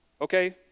okay